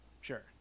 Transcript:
Sure